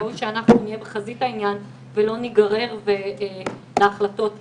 ראוי שאנחנו נהיה בחזית העניין ולא ניגרר להחלטות עלינו.